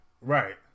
Right